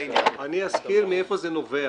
אזכיר מאיפה זה נובע.